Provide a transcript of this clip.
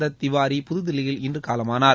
தத் திவாரி புதுதில்லியில் இன்று காலமானார்